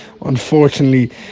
unfortunately